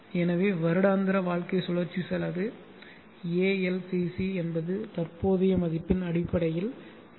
எனவே வருடாந்திர வாழ்க்கை சுழற்சி செலவு ALCC என்பது தற்போதைய மதிப்பின் அடிப்படையில் எல்